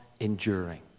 enduring